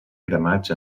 cremats